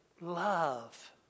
love